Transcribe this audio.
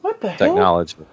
technology